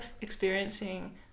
experiencing